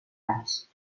anys